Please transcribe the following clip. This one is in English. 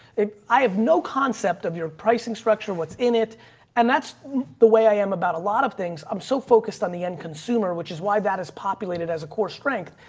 i have no concept of your pricing structure, what's in it and that's the way i am about a lot of things. i'm so focused on the end consumer, which is why that is populated as a core strength.